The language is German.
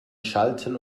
schalten